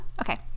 okay